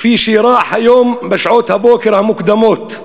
כפי שאירע היום בשעות הבוקר המוקדמות.